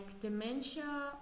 dementia